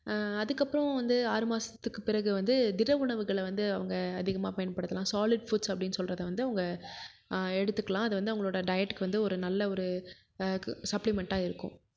அதுக்கப்புறம் வந்து ஆறு மாதத்துக்கு பிறகு வந்து திட உணவுகளை வந்து அவங்க அதிகமாக பயன்படுத்தலாம் சாலிட் ஃபுட்ஸ் அப்படின்னு சொல்றதை வந்து அவங்க எடுத்துக்கலாம் அதுவந்து அவங்களோட டயட்டுக்கு வந்து ஒரு நல்ல ஒரு சப்ளிமெண்டாக இருக்கும்